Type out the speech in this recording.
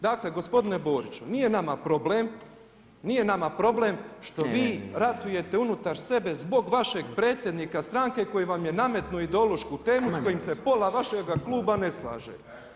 Dakle gospodine Boriću, nije nama problem, nije nama problem što vi ratujete unutar sebe zbog vašeg predsjednika stranke koji vam je nametnuo ideološku temu s kojim se pola vašega kluba ne slaže.